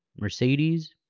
Mercedes